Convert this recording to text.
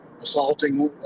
assaulting